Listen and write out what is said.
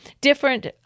different